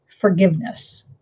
forgiveness